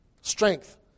Strength